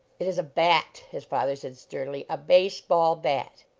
it is a bat, his father said sternly, a base-ball bat.